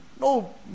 no